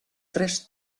tres